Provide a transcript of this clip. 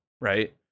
Right